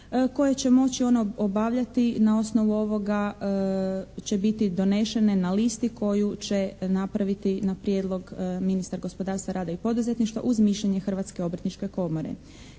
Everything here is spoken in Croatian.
koje će moći ono obavljati na osnovu ovoga će biti donešene na listi koju će napraviti na prijedlog ministar gospodarstva, rada i poduzetništva uz mišljenje Hrvatske obrtničke komore.